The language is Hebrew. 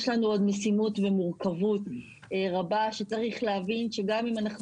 יש לנו עוד משימות ומורכבות רבה שצריך להבין שגם אם אנחנו